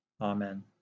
Amen